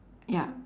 ya